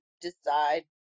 decide